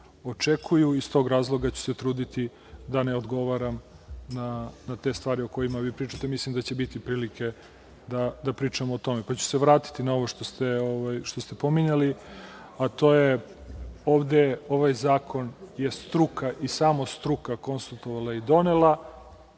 očekuju. Iz tog razloga ću se truditi da ne odgovaram na te stvari o kojima vi pričate, mislim da će biti prilike da pričamo o tome, pa ću se vratiti na ovo što ste pominjali. Ovde ovaj zakon je struka i samo struka konsultovala i donela,